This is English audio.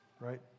right